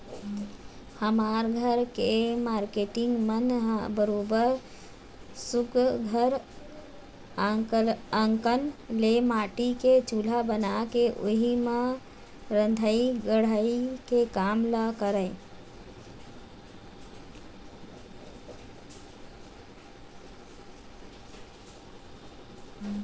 हमर घर के मारकेटिंग मन ह बरोबर सुग्घर अंकन ले माटी के चूल्हा बना के उही म रंधई गड़हई के काम ल करय